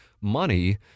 money